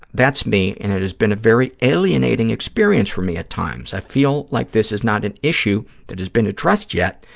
that's me, and it has been a very alienating experience for me at times. i feel like this is not an issue that has been addressed yet,